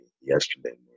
yesterday